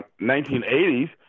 1980s